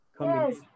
Yes